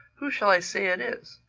who shall i say it is?